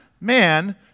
man